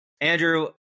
Andrew